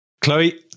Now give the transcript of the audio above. Chloe